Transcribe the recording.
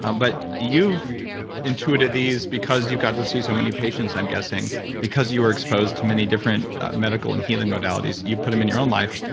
um but you've intuited these, because you got to see so many patients, i'm guessing because you were exposed to many different medical and healing modalities. you put them in your own life.